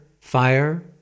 fire